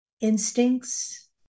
instincts